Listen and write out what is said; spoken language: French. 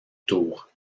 tour